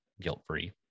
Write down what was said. guilt-free